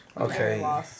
Okay